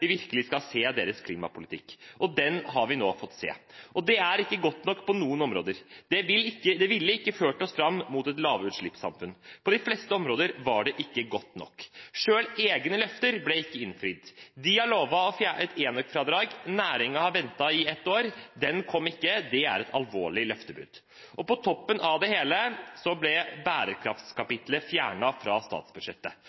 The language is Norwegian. vi virkelig skal se deres klimapolitikk. Den har vi nå fått se, og det er ikke godt nok på noen områder. Det ville ikke ført oss fram mot et lavutslippssamfunn. På de fleste områder var det ikke godt nok. Selv egne løfter ble ikke innfridd. Regjeringen har lovet et enøkfradrag. Næringen har ventet i et år. Det kom ikke. Det er et alvorlig løftebrudd. På toppen av det hele ble